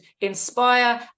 inspire